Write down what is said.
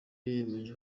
yiyemeje